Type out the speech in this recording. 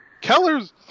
Keller's